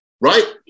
Right